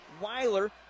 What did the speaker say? Weiler